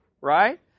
right